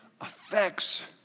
affects